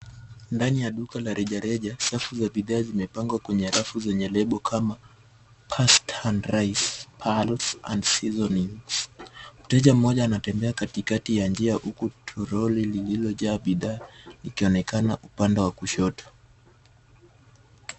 Ndani ya duka la rejareja, safu za bidhaa zimepangwa kwenye rafu zenye lebo kama pasta and rice , pearls and seasonings . Mteja mmoja anatembea katikati ya njia huku toroli lililojaa bidhaa likionekana upande wa kushoto.